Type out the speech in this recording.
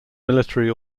military